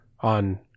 on